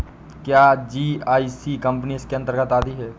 क्या GIC company इसके अन्तर्गत आती है?